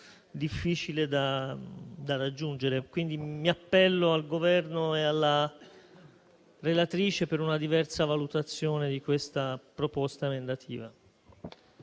difficile da raggiungere. Mi appello al Governo e alla relatrice per una diversa valutazione di questa proposta emendativa.